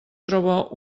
troba